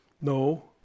No